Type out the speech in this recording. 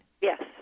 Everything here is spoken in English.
Yes